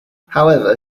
however